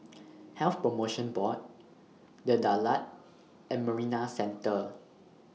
Health promotion Board The Daulat and Marina Centre